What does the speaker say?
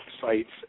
sites